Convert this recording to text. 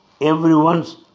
everyone's